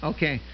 Okay